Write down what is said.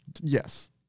Yes